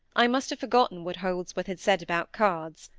i must have forgotten what holdsworth had said about cards.